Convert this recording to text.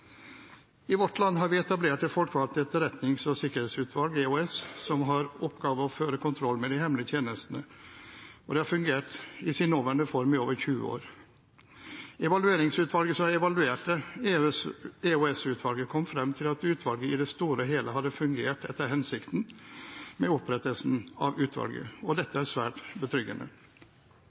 I vårt land har vi etablert et folkevalgt etterretnings- og sikkerhetsutvalg, EOS, som har som oppgave å føre kontroll med de hemmelige tjenestene, og det har fungert i sin nåværende form i over 20 år. Evalueringsutvalget som har evaluert EOS-utvalget, kom fram til at utvalget i det store og hele hadde fungert etter hensikten med opprettelsen av utvalget, og dette er svært betryggende.